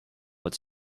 with